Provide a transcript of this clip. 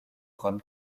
ron